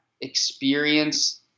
experience